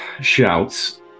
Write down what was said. shouts